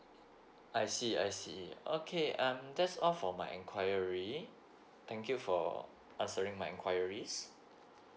I see I see okay um that's all for my inquiry thank you for answering my inquiries